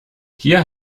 hier